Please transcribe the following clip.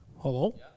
hello